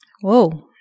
Whoa